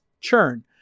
churn